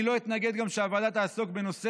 אני לא אתנגד גם שהוועדה תעסוק בנושא